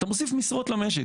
אתה מוסיף משרות למשק.